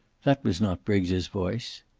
that was not briggs's voice.